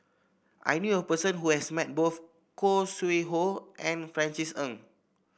I knew a person who has met both Khoo Sui Hoe and Francis Ng